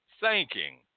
thanking